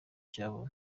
cyabo